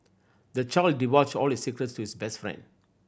the child divulged all his secrets to his best friend